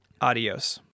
Adios